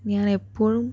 ഞാനെപ്പോഴും